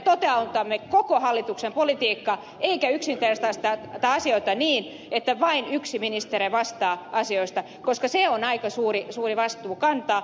me toteutamme koko hallituksen politiikkaa eikä yksinkertaisteta asioita niin että vain yksi ministeri vastaa asioista koska se on aika suuri vastuu kantaa